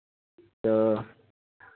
तो